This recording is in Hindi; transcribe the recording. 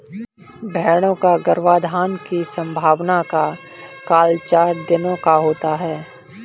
भेंड़ों का गर्भाधान की संभावना का काल चार दिनों का होता है